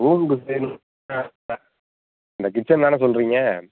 ரூமுக்கு இந்த கிச்சன் தானே சொல்கிறீங்க